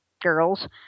girls